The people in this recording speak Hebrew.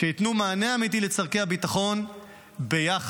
שייתנו מענה אמיתי לצורכי הביטחון ביחד,